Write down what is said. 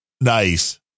Nice